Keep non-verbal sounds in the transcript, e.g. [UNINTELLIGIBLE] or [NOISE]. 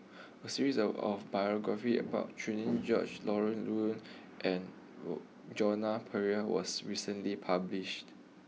a series [HESITATION] of biographies about Cherian George Laurence Nunns and [UNINTELLIGIBLE] Jona Pereira was recently published